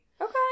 Okay